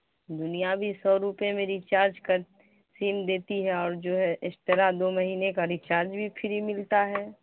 دنیا بھی سو روپے میں ریچارج کر سیم دیتی ہے اور جو ہے ایکسٹرا دو مہینے کا ریچارج بھی فری ملتا ہے